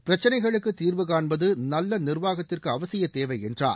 பிரச்சினைகளுக்கு தீர்வு காண்பது நல்ல நிர்வாகத்திற்கு அவசியத் தேவை என்றார்